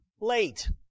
late